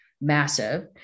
massive